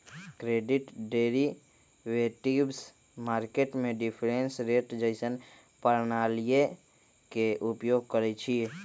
credit derivatives market में difference rate जइसन्न प्रणालीइये के उपयोग करइछिए